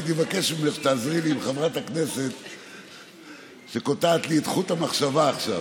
הייתי מבקש ממך שתעזרי לי עם חברת הכנסת שקוטעת לי את חוט המחשבה עכשיו.